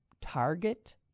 target